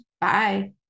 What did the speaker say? Bye